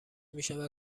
میشود